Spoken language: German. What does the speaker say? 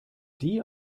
die